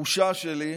בתחושה שלי.